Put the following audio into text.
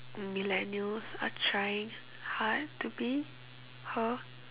millennials are trying hard to be her